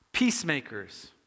Peacemakers